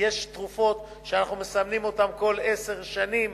יש תרופות שאנחנו מסמנים אותן כל עשר שנים